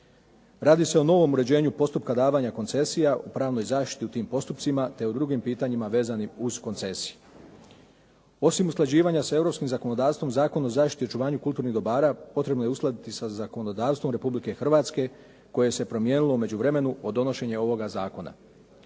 Radi se o novom uređenju postupka davanja koncesija u pravnoj zaštiti u tim postupcima, te u drugim pitanjima vezanim uz koncesiju. Osim usklađivanja sa europskim zakonodavstvom Zakon o zaštiti i očuvanju kulturnih dobara potrebno je uskladiti sa zakonodavstvom Republike Hrvatske koje se promijenilo u međuvremenu od donošenja ovoga zakona.